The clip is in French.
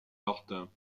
martin